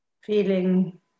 feeling